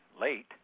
late